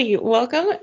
welcome